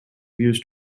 views